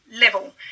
level